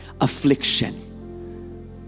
affliction